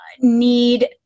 need